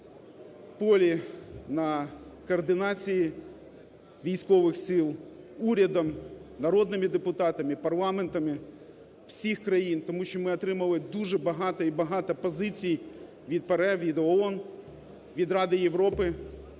полі, на координації військових сил урядом, народними депутатами, парламентами всіх країн, тому що ми отримали дуже багато і багато позицій від ПАРЄ, від ООН, від Ради Європи,